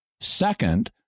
Second